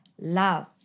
love